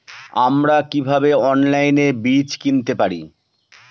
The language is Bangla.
আমরা কীভাবে অনলাইনে বীজ কিনতে পারি?